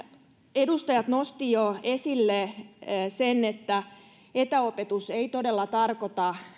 edustajat nostivat jo esille sen että etäopetus ei todella tarkoita